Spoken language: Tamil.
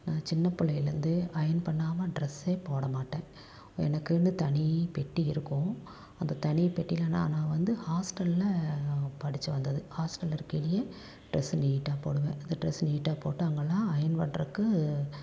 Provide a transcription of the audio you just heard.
நான் சின்ன பிள்ளையிலேந்தே அயர்ன் பண்ணாமல் ட்ரெஸ்ஸே போட மாட்டேன் எனக்குன்னு தனி பெட்டி இருக்கும் அந்த தனி பெட்டியில் நான் நான் வந்து ஹாஸ்ட்டலில் படித்து வந்தது ஹாஸ்ட்டல் இருக்கையிலேயே ட்ரெஸ்ஸை நீட்டாக போடுவேன் அந்த ட்ரெஸ் நீட்டாக போட்டு அங்கேலாம் அயர்ன் பண்ணுறக்கு